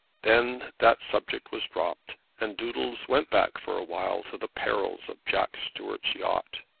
then that subject was dropped, and doodles went back for a while to the perils of jack stuart's yacht.